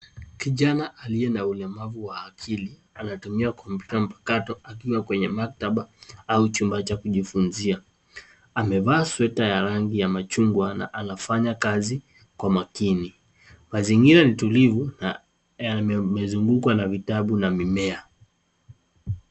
Kijana aliye na ulemavu wa akili ametumia kompyuta mpakato akiwa kwenye maktaba au chumba cha kujifunzia. Amevaa sweta yenye rangi ya machungwa na anafanya kazi kwa umakini. Mazingira ni tulivu na yamezungukwa na vitabu na mimea.